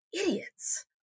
Idiots